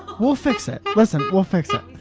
we'll fix it, listen, we'll fix it!